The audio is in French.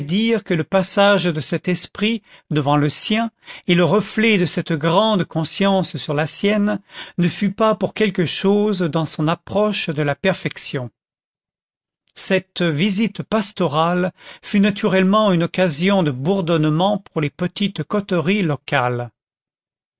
que le passage de cet esprit devant le sien et le reflet de cette grande conscience sur la sienne ne fût pas pour quelque chose dans son approche de la perfection cette visite pastorale fut naturellement une occasion de bourdonnement pour les petites coteries locales